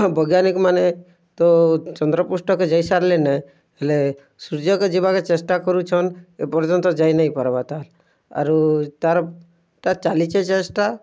ବୈଜ୍ଞାନିକ୍ମାନେ ତ ଚନ୍ଦ୍ରପୃଷ୍ଠକେ ଯାଇ ସାର୍ଲନେ ହେଲେ ସୂର୍ଯ୍ୟକେ ଯିବାର୍କେ ଚେଷ୍ଟା କରୁଛନ୍ ଏ ପର୍ଯ୍ୟନ୍ତ ଯାଇନାଇଁ ପାର୍ବାର୍ ଆରୁ ତାର୍ ତାର୍ଟା ଚାଲିଛେ ଚେଷ୍ଟା